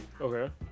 Okay